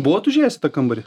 buvot užėjęs į tą kambarį